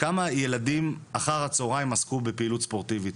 כמה ילדים אחר הצהריים עסקו בפעילות ספורטיבית,